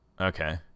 Okay